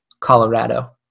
Colorado